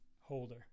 holder